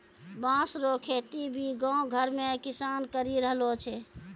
बाँस रो खेती भी गाँव घर मे किसान करि रहलो छै